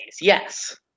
Yes